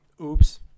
Oops